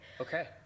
okay